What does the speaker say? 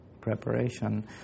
preparation